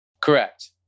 Correct